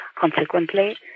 Consequently